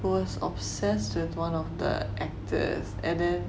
who was obsessed with one of the actors and then